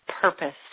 purpose